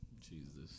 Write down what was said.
Jesus